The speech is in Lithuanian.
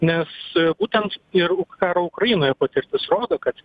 nes būtent ir karo ukrainoje patirtis rodo kad